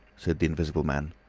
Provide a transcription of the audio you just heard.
said the invisible man.